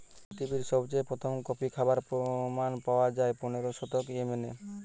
পৃথিবীরে সবচেয়ে প্রথম কফি খাবার প্রমাণ পায়া যায় পনেরোর শতকে ইয়েমেনে